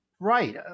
Right